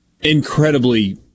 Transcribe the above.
incredibly